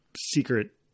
secret